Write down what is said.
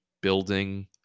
building